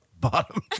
Bottom